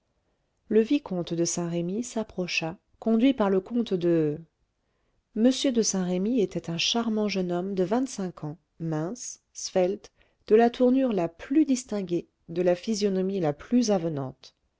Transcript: le vicomte de saint-remy s'approcha conduit par le comte de m de saint-remy était un charmant jeune homme de vingt-cinq ans mince svelte de la tournure la plus distinguée de la physionomie la plus avenante